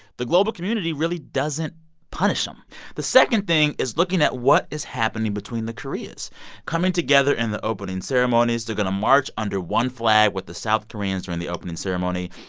the global community really doesn't punish them the second thing is looking at what is happening between the koreas coming together in the opening ceremonies. they're going to march under one flag with the south koreans during the opening ceremony.